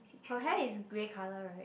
her hair is grey color right